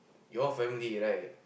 your family right